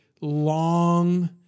long